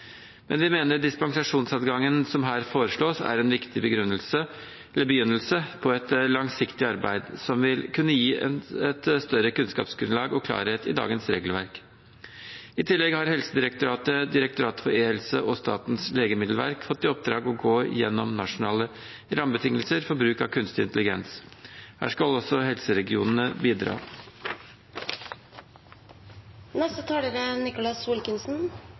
Men vi mener dispensasjonsadgangen som her foreslås, er en viktig begynnelse på et langsiktig arbeid som vil kunne gi et større kunnskapsgrunnlag og klarhet i dagens regelverk. I tillegg har Helsedirektoratet, Direktoratet for e-helse og Statens legemiddelverk fått i oppdrag å gå gjennom nasjonale rammebetingelser for bruk av kunstig intelligens. Her skal også helseregionene